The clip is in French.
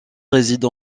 réside